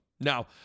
Now